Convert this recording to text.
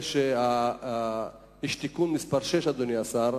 יש תיקון מס' 6, אדוני השר,